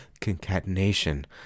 Concatenation